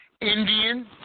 Indian